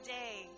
day